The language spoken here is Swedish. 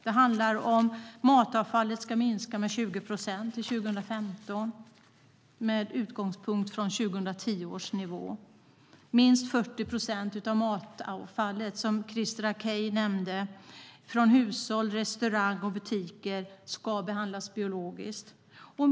Det handlar om att matavfallet ska minska med 20 procent till 2015 med utgångspunkt i 2010 års nivå. Som Christer Akej nämnde ska minst 40 procent av matavfallet från hushåll, restaurang och butiker behandlas biologiskt.